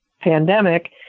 pandemic